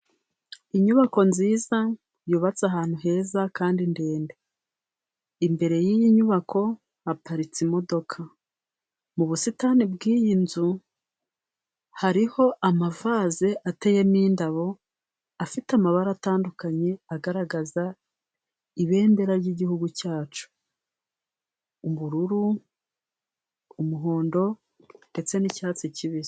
Inyubako nziza yubatse ahantu heza kandi ndende. Imbere y'iyi nyubako haparitse imodoka, mu busitani bw'iyi nzu hariho amavase ateyemo indabo, afite amabara atandukanye agaragaza ibendera ry'igihugu cyacu: ubururu, umuhondo ndetse n'icyatsi kibisi.